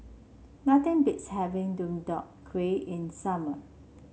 nothing beats having Deodeok Gui in summer